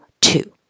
two